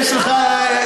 יש לי רקע.